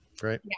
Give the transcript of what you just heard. Great